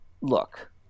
look